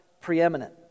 preeminent